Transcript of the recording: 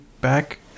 back